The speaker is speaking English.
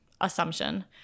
assumption